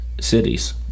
cities